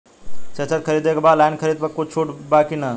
Thresher खरीदे के बा ऑनलाइन खरीद पर कुछ छूट बा कि न?